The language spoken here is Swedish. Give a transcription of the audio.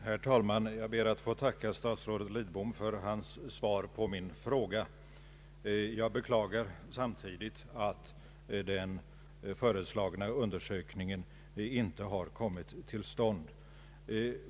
Herr talman! Jag ber att få tacka statsrådet Lidbom för hans svar på min fråga. Jag beklagar samtidigt att den föreslagna undersökningen inte kommit till stånd.